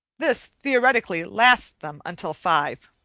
this theoretically lasts them until five.